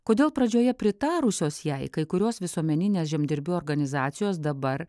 kodėl pradžioje pritarusios jai kai kurios visuomeninės žemdirbių organizacijos dabar